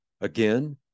Again